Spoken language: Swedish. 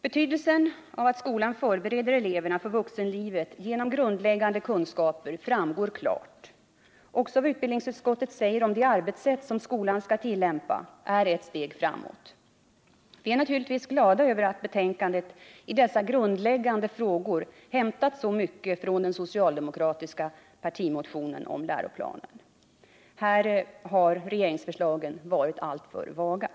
Betydelsen av att skolan förbereder eleverna för vuxenlivet genom grundläggande kunskaper framgår klart. Också vad utbildningsutskottet säger om de arbetssätt som skolan skall tillämpa är ett steg framåt. Vi är naturligtvis glada över att betänkandet i dessa grundläggande frågor hämtat så mycket från den socialdemokratiska partimotionen om läroplanen. Här har regeringsförslagen varit alltför vaga.